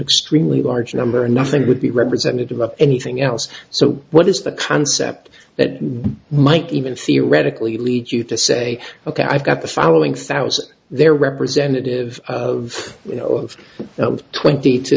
extremely large number nothing would be representative of anything else so what is the concept that might even theoretically lead you to say ok i've got the following thousand there representative of you know of the twenty to